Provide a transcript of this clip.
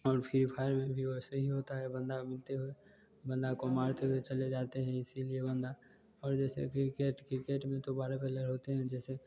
और free fire में भी वैसे ही होता है बंदा मिलते हुए बंदे को मारते हुए चले जाते हैं इसी लिए बंदा और जैसे क्रिकेट क्रिकेट में तो बारह प्लेयर होते हैं जैसे